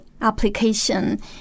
application